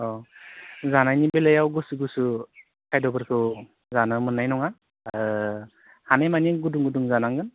ओह जानायनि बेलायाव गुसु गुसु खायद'फोरखौ जानो मोन्नाय नङा हानायमानि गुदुं गुदुं जानांगोन